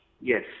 yes